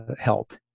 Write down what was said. help